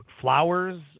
flowers